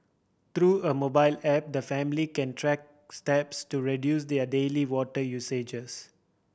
through a mobile app the family can track steps to reduce their daily water usages